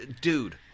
dude